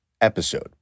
episode